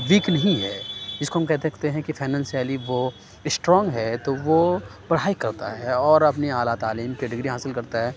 week نہیں ہے جس کو ہم کہہ سکتے ہیں کہ فائنانسلی وہ اسٹرانگ ہے تو وہ پڑھائی کرتا ہے اور اپنی اعلیٰ تعلیم کی ڈگریاں حاصل کرتا ہے